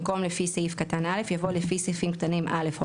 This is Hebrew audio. במקום "לפי סעיף קטן (א)" יבוא "לפי סעיפים קטנים (א) או